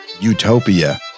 utopia